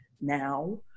now